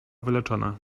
wyleczona